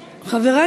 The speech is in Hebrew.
הגבול,